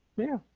yeah,